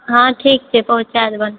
हँ ठीक छै पहुँचा देबन